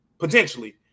potentially